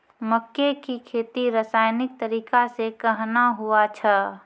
मक्के की खेती रसायनिक तरीका से कहना हुआ छ?